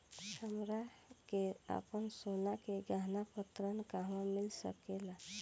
हमरा के आपन सोना के गहना पर ऋण कहवा मिल सकेला?